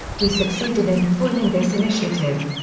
we succeeded in foiling this initiative,